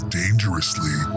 dangerously